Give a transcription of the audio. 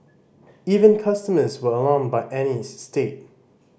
even customers were alarmed by Annie's state